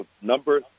number